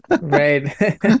Right